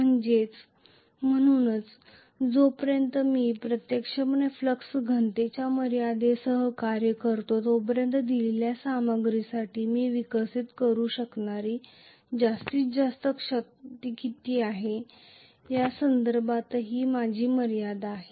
म्हणजेच म्हणूनच जोपर्यंत मी प्रत्यक्षपणे फ्लक्स घनतेच्या मर्यादेसह कार्य करतो तोपर्यंत दिलेल्या सामग्रीसाठी मी विकसित करू शकणारी जास्तीत जास्त शक्ती किती आहे या संदर्भातही माझी मर्यादा आहे